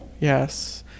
yes